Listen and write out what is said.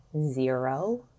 zero